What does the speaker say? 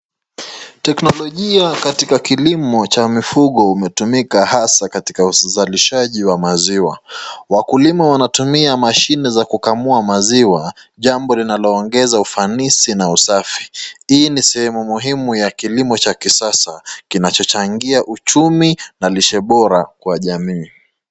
Teknologia katika kilimo cha mifugo umetumika hasa katika uzalishaji wa maziwa. Wakulima wanatumia machine za kukamua maziwa, jambo linaloongeza ufanisi na usafi. Hii ni sehemu muhimu ya kilimo cha kisasa kinacho changia uchumi na lishe bora kwa jamii.